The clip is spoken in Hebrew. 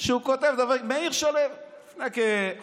שהוא כותב את זה, מאיר שלו, לפני כחודשיים.